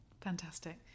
fantastic